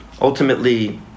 ultimately